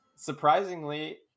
surprisingly